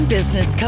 Business